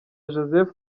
joseph